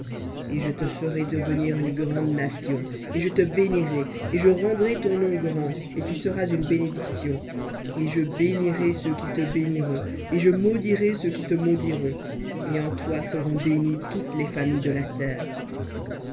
et je te ferai devenir une grande nation et je te bénirai et je rendrai ton nom grand et tu seras une bénédiction et je bénirai ceux qui te béniront et je maudirai ceux qui te maudiront et en toi seront bénies toutes les familles de la terre